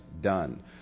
done